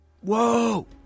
Whoa